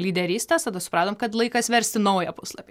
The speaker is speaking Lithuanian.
lyderystės tada supratom kad laikas versti naują puslapį